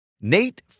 Nate